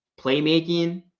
playmaking